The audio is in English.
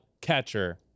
catcher